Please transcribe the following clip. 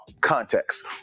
context